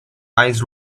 ice